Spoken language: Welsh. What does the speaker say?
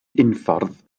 unffordd